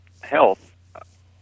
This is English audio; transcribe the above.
Health